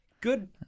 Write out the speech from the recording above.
good